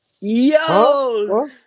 Yo